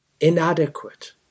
Inadequate